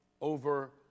over